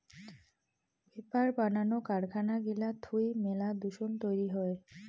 paper বানানো কারখানা গিলা থুই মেলা দূষণ তৈরী হই